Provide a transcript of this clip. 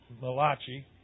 Malachi